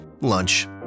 lunch